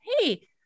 Hey